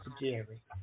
Jerry